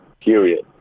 Period